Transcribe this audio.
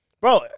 Bro